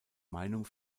meinung